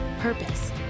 purpose